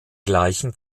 gleichen